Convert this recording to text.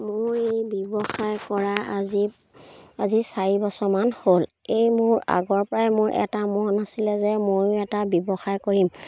মোৰ এই ব্যৱসায় কৰা আজি আজি চাৰি বছৰমান হ'ল এই মোৰ আগৰ পৰাই মোৰ এটা মন আছিলে যে ময়ো এটা ব্যৱসায় কৰিম